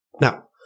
Now